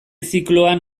zikloan